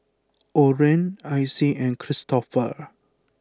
Orren Icy and Kristoffer